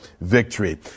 victory